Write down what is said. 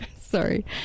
Sorry